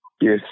Yes